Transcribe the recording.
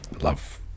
love